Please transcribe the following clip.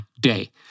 day